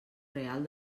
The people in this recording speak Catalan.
real